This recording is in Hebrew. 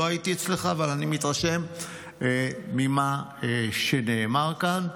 לא הייתי אצלך, אבל אני מתרשם ממה שנאמר כאן.